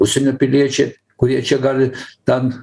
užsienio piliečiai kurie čia gali ten